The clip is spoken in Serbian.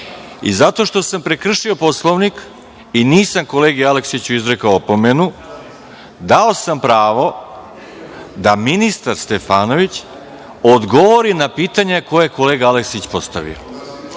Zato što sam prekršio Poslovnik i nisam kolegi Aleksiću izrekao opomenu, dao sam pravo da ministar Stefanović odgovori na pitanje koje je kolega Aleksić postavio.